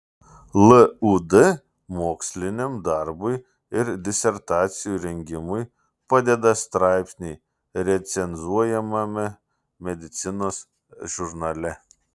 lud moksliniam darbui ir disertacijų rengimui padeda straipsniai recenzuojamame medicinos žurnale